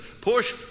Push